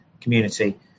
community